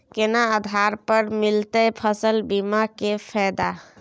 केना आधार पर मिलतै फसल बीमा के फैदा?